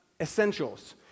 essentials